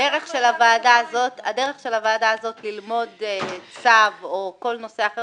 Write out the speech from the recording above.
הדרך של הוועדה הזאת ללמוד צו או כל נושא אחר